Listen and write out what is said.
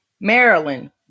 Maryland